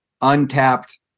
untapped